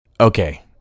Okay